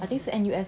I think 是 N_U_S